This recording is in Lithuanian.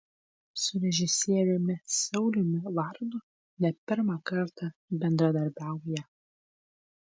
su režisieriumi sauliumi varnu ne pirmą kartą bendradarbiauja